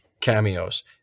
cameos